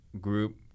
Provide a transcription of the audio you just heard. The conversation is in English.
group